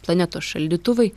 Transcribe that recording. planetos šaldytuvai